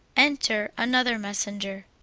enter another messenger.